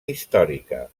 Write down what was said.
històrica